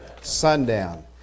sundown